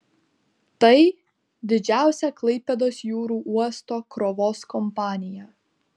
tai didžiausia klaipėdos jūrų uosto krovos kompanija